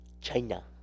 China